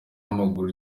w’amaguru